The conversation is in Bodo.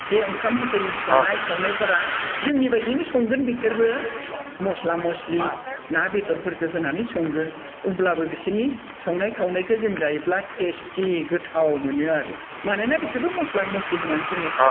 बे ओंखाम हटेलनि संनाय खावनायफोरा जोंनि बायदिनो संगोन बिसोरबो मस्ला मस्लि ना बेदरफोरखौ होनानै संगोन होनब्लाबो बिसोरनि संनाय खावनायखौ जों जायोब्ला टेस्टि गोथाव मोनो आरो मानोना बिसोरबो मस्ला मस्लि होनानै सङो